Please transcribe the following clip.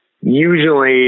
Usually